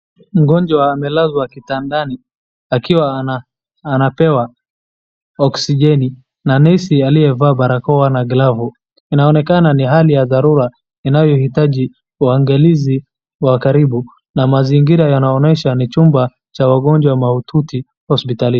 Mgonjwa amelazwa kitandani akiwa anapewa oxygeni na nesi aliyevaa barakoa na glavu. Inaonekana ni hali ya dharura inayoitaji uangalizi wa karibu na mazingira yanaonyesha ni chumba cha wagonjwa maututi hospitalini.